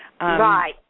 Right